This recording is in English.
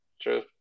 true